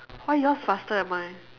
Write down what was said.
why yours faster than mine